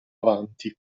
avanti